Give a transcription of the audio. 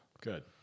Good